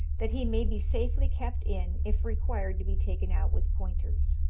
that he may be safely kept in, if required to be taken out with pointers.